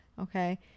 Okay